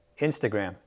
Instagram